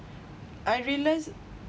I realised